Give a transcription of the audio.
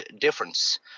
difference